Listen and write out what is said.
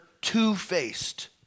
two-faced